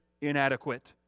inadequate